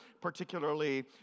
particularly